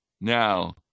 now